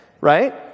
right